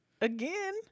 again